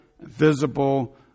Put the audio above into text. visible